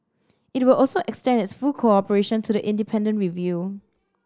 it will also extend its full cooperation to the independent review